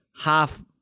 half